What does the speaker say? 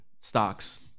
stocks